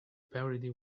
parody